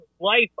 life